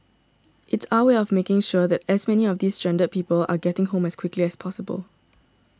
it's our way of making sure that as many of these stranded people are getting home as quickly as possible